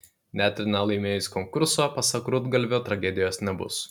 net ir nelaimėjus konkurso pasak rudgalvio tragedijos nebus